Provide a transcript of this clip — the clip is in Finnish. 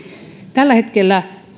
tällä hetkellä